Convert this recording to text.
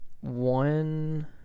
one